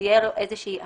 שתהיה לו איזושהי הפרדה.